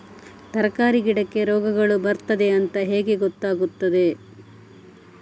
ತರಕಾರಿ ಗಿಡಕ್ಕೆ ರೋಗಗಳು ಬರ್ತದೆ ಅಂತ ಹೇಗೆ ಗೊತ್ತಾಗುತ್ತದೆ?